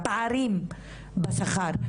הפערים בשכר,